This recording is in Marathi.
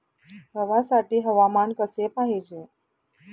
गव्हासाठी हवामान कसे पाहिजे?